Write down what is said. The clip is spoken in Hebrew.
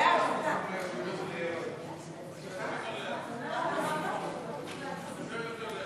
חוק הספורט (תיקון מס' 10), התשע"ו 2016, נתקבל.